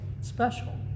special